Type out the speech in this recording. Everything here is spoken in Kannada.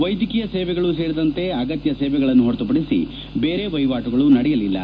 ವೈದ್ಯಕೀಯ ಸೇವೆಗಳು ಸೇರಿದಂತೆ ಅಗತ್ಯ ಸೇವೆಗಳನ್ನು ಹೊರತುಪಡಿಸಿ ಬೇರೆ ವಹಿವಾಣುಗಳು ನಡೆಯಲಿಲ್ಲ